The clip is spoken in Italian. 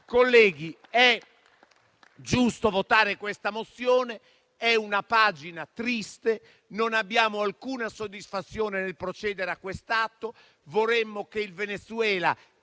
Colleghi, è giusto votare questa risoluzione. È una pagina triste e noi non abbiamo alcuna soddisfazione nel procedere a quest'atto. Noi vorremmo che il Venezuela,